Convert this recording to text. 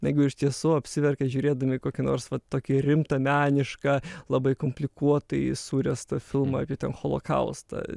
negu iš tiesų apsiverkia žiūrėdami kokį nors va tokį rimtą menišką labai komplikuotai suręstą filmą apie holokaustą